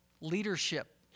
leadership